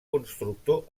constructor